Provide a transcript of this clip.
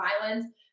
violence